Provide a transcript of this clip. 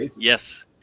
Yes